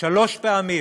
שלוש פעמים,